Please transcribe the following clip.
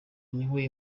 niwe